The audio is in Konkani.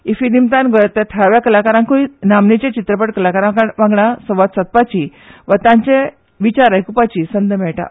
इफ्फी निमतान गोंयांतल्या थळाव्या कलाकारांकय नामनेच्या चित्रपट कलाकारा कडेन संवाद सादपाची वा तांचे विचार आयकुपाची संद मेळटा